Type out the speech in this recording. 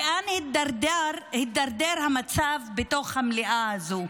לאן הידרדר המצב בתוך המליאה הזו.